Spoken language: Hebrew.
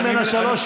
רוצה,